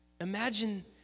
Imagine